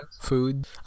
food